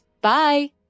Bye